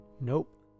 Nope